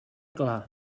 clar